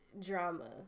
drama